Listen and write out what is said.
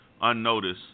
unnoticed